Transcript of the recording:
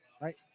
right